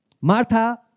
Martha